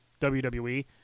WWE